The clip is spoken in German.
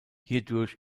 hierdurch